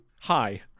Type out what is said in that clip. Hi